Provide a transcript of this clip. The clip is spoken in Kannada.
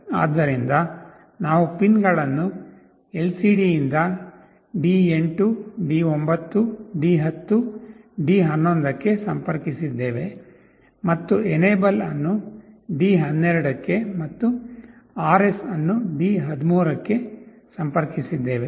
ಆದ್ದರಿಂದ ನಾವು ಪಿನ್ಗಳನ್ನು ಎಲ್ಸಿಡಿಯಿಂದ D8 D9 D10 D11 ಕ್ಕೆ ಸಂಪರ್ಕಿಸಿದ್ದೇವೆ ಮತ್ತು ಎನೇಬೆಲ್ ಅನ್ನು D12 ಗೆ ಮತ್ತು RS ಅನ್ನು D13 ಕ್ಕೆ ಸಂಪರ್ಕಿಸಿದ್ದೇವೆ